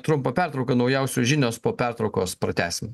trumpą pertrauką naujausios žinios po pertraukos pratęsim